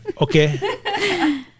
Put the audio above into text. Okay